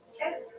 Okay